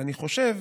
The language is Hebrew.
ואני חושב